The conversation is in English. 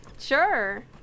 sure